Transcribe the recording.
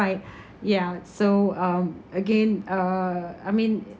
right yeah so um again uh I mean